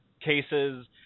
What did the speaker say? cases